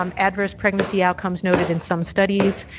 um adverse pregnancy outcomes noted in some studies,